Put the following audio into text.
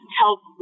help